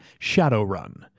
Shadowrun